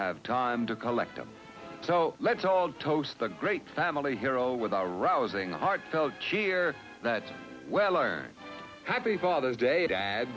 have time to collect them so let's all toast the great family hero with a rousing heartfelt cheer that well earned happy father's day